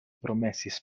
promesis